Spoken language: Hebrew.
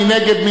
מי נגד?